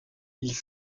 ils